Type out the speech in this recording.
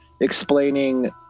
explaining